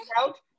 out